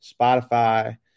Spotify